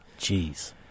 Jeez